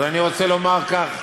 אז אני רוצה לומר כך: